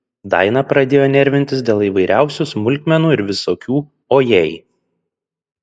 daina pradėjo nervintis dėl įvairiausių smulkmenų ir visokių o jei